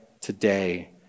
today